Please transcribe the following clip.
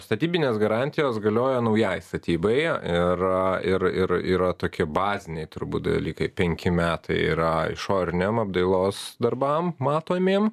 statybinės garantijos galioja naujai statybai ir ir ir yra tokie baziniai turbūt dalykai penki metai yra išoriniem apdailos darbam matomiem